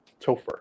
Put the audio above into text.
Topher